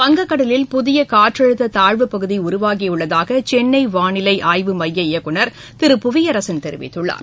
வங்கக்கடலில் புதிய காற்றழுத்தப் தாழ்வுப் பகுதி உருவாகியுள்ளதாக சென்னை வானிலை ஆய்வு மைய இயக்குநர் திரு புவியரசன் தெரிவித்துள்ளார்